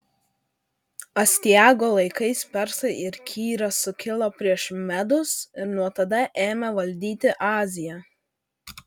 astiago laikais persai ir kyras sukilo prieš medus ir nuo tada ėmė valdyti aziją